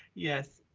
yes.